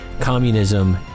communism